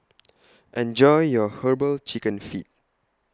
Enjoy your Herbal Chicken Feet